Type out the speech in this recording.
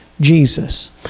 Jesus